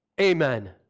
Amen